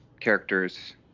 characters